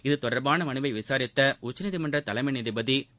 இது தொடர்பான மனுவை விசாரித்த உச்சநீதிமன்ற தலைமை நீதிபதி திரு